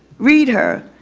read her.